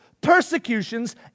persecutions